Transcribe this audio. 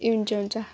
ए हुन्छ हुन्छ